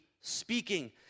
speaking